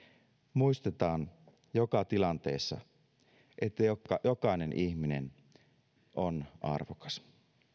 muistetaan joka tilanteessa että jokainen ihminen on arvokas